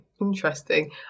interesting